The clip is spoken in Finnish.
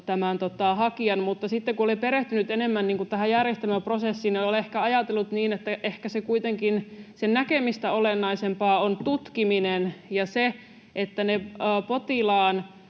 mutta sitten kun olen perehtynyt enemmän tähän järjestelmäprosessiin, niin olen ajatellut niin, että ehkä kuitenkin sitä näkemistä olennaisempaa on tutkiminen ja se, että ne potilaan